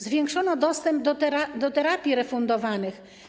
Zwiększono dostęp do terapii refundowanych.